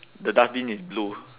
the dustbin is blue